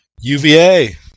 UVA